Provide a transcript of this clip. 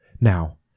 Now